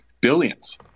billions